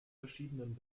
verschiedenen